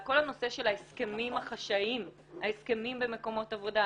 על כל הנושא של ההסכמים החשאיים במקומות עבודה.